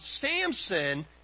Samson